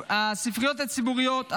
הספריות הציבוריות,